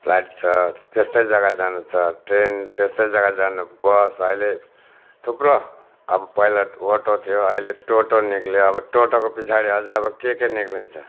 flight छ त्यस्तै जग्गा जानु छ ट्रेन त्यस्तै जग्गा जानु बस अहिले थुप्रो अब पहिला अटो थियो अहिले टोटो निस्कियो अब टोटोको पछाडि अझै अब के के निस्किन्छ